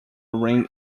ring